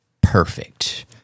perfect